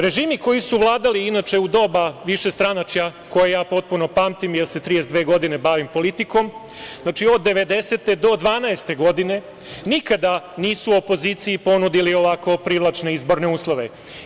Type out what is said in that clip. Režimi koji su vladali, inače u doba višestranačja koje ja potpuno pamtim, jer se 32 godine bavim politikom, od 1990. do 2012. godine nikada nisu opoziciji ponudili ovako privlačne izborne uslove.